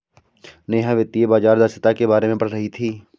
नेहा वित्तीय बाजार दक्षता के बारे में पढ़ रही थी